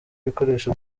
ibikoresho